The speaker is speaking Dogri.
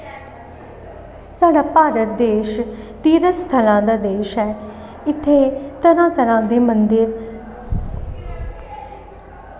साढ़ा भारत देश तीर्थस्थलां दा देश ऐ इत्थै तरहां तरहां दे मंदिर